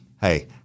Hey